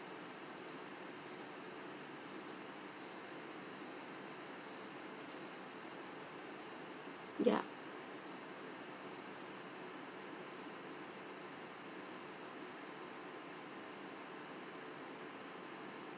ya